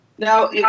Now